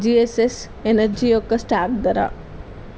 GSS energy యొక్క stock ధర